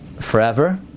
forever